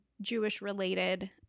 Jewish-related